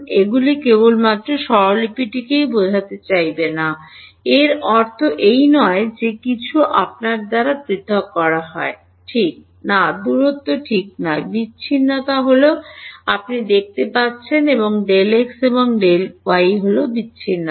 এগুলি কেবলমাত্র স্বরলিপিটিই বোঝাতে চাইবেন না i j এর অর্থ এই নয় যে সমস্ত কিছু আপনার দ্বারা পৃথক করা হয় ঠিক না দূরত্ব ঠিক নয় বিচ্ছিন্নতা হল আপনি দেখতে পাচ্ছেন এবং Δx এবং Δy হল বিচক্ষণতা